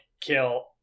kill